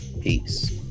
Peace